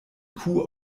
kuh